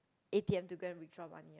a_t_m to going withdraw money